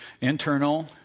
internal